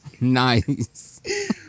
Nice